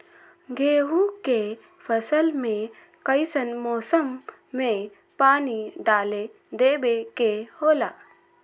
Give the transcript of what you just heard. गेहूं के फसल में कइसन मौसम में पानी डालें देबे के होला?